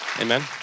Amen